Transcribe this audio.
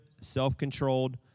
self-controlled